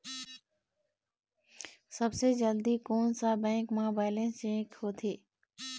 सबसे जल्दी कोन सा बैंक म बैलेंस चेक होथे?